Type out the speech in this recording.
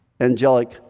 angelic